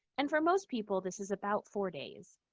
and for most people, this is about four days.